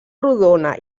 rodona